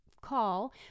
call